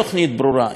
עם לוחות זמנים,